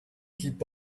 keep